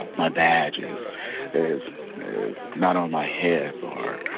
my badge is is not on my hip or